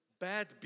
Bad